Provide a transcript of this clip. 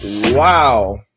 Wow